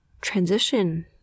transition